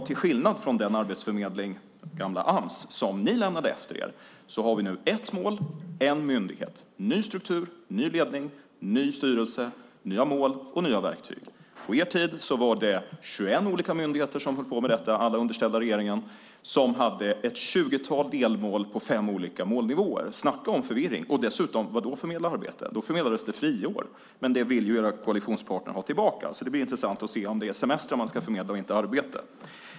Till skillnad från den arbetsförmedling, gamla Ams, som ni lämnade efter er har vi nu ett mål och en myndighet med ny struktur, ny ledning, ny styrelse, nya mål och nya verktyg. På er tid var det 21 olika myndigheter som höll på med detta, alla underställda regeringen, som hade ett tjugotal delmål på fem olika målnivåer. Snacka om förvirring! Dessutom: Vadå, förmedla arbete? Då förmedlades friår. Det vill era koalitionspartner ha tillbaka. Det ska bli intressant att se om det är semestrar man ska förmedla och inte arbete.